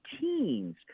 teens